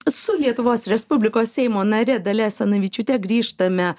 su lietuvos respublikos seimo nare dalia asanavičiūte grįžtame